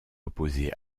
opposé